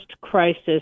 crisis